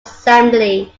assembly